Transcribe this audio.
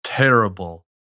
terrible